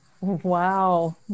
Wow